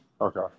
Okay